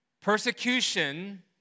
persecution